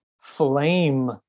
Flame